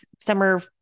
summer